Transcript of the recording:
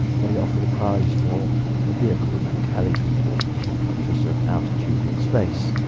they offered a prize for a vehicle which could carry people up to a certain altitude in space,